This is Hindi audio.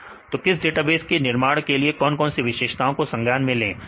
तो किसी डेटाबेस के निर्माण के लिए कौन कौन से विशेषताओं को संज्ञान में लें